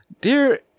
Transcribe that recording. Dear